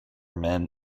men